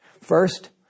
First